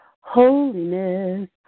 Holiness